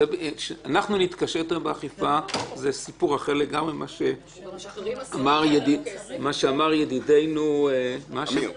"אנחנו נתקשה יותר באכיפה" זה סיפור אחר לגמרי ממה שאמר ידידנו אמיר.